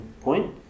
point